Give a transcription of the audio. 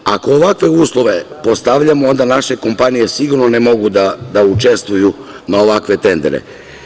Ako ovakve uslove postavljamo, onda naše kompanije sigurno ne mogu da učestvuju na ovakvim tenderima.